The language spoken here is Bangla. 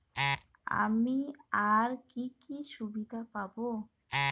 আমি আর কি কি সুবিধা পাব?